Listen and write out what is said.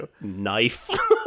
knife